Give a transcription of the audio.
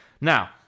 Now